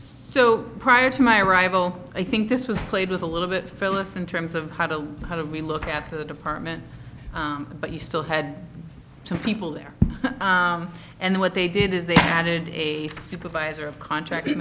so prior to my arrival i think this was played with a little bit fellas in terms of how to how do we look at the department but you still had two people there and what they did is they added a supervisor of contract